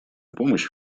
помощь